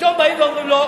פתאום באים ואומרים: לא.